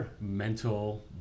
mental